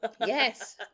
Yes